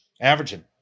averaging